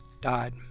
died